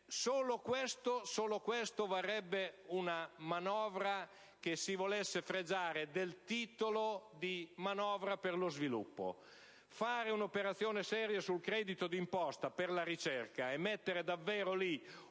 Solo questo varrebbe una manovra che si volesse fregiare del titolo di manovra per lo sviluppo. Fare un'operazione seria sul credito d'imposta per la ricerca e mettere davvero lì